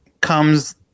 comes